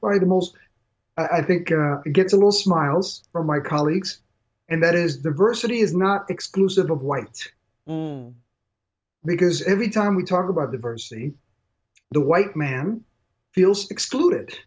really the most i think it gets a little smiles for my colleagues and that is the versity is not exclusive to whites because every time we talk about diversity the white man feels excluded